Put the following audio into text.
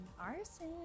Arson